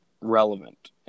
relevant